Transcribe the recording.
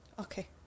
Okay